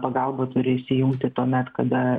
pagalba turi įsijungti tuomet kada